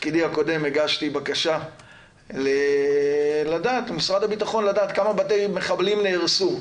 בתפקידי הקודם הגשתי בקשה ממשרד הביטחון לדעת כמה בתי מחבלים נהרסו.